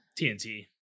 TNT